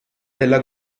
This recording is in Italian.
della